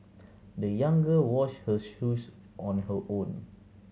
the young girl washed her shoes on her own